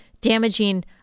damaging